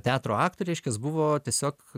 teatro aktoriai reiškias buvo tiesiog